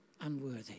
unworthy